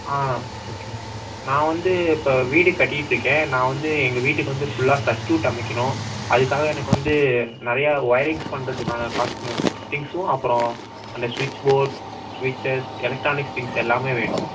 ஆ okay நான் வந்து இப்போ வீடு கட்டிகிட்ருக்கேன் நான் வந்து எங்கள் வீட்டுக்கு வந்து ஃபுல்லாக சர்க்யூட் அமைக்கணும் அதுக்காக எனக்கு வந்து நிறையா ஒயரிங்ஸ் பண்ணுறத்துக்கான காஸ்ட் திங்க்ஸும் அப்புறம் அந்த ஸ்விட்ச் போர்ட் ஸ்விட்சஸ் எலக்ட்ரானிக் திங்க்ஸ் எல்லாமே வேணும்